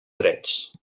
drets